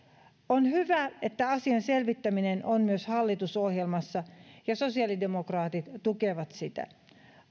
on hyvä että asian selvittäminen on myös hallitusohjelmassa ja sosiaalidemokraatit tukevat sitä